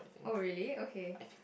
oh really okay